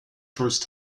first